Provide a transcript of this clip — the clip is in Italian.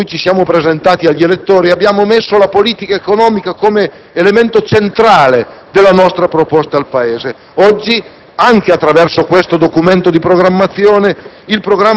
Nel programma della coalizione con cui ci siamo presentati agli elettori abbiamo posto la politica economica come elemento centrale della nostra proposta al Paese.